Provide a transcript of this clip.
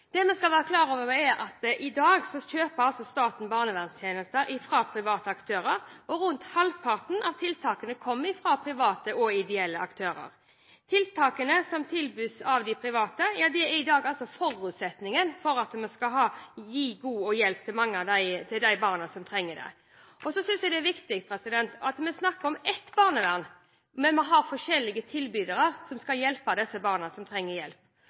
Det vi skal være klar over, er at staten i dag kjøper barnevernstjenester fra private aktører, og at rundt halvparten av tiltakene kommer fra private og ideelle aktører. Tiltakene som tilbys av de private, er i dag en forutsetning for at vi kan gi god hjelp til mange av de barna som trenger det. Jeg synes det er viktig at vi snakker om ett barnevern, men at vi har forskjellige tilbydere som skal hjelpe de barna som trenger hjelp.